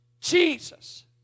Jesus